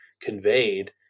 conveyed